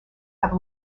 have